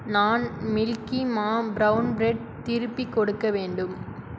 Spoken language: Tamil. நான் மில்கி மா பிரவுன் பிரெட் திருப்பிக் கொடுக்க வேண்டும்